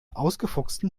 ausgefuchsten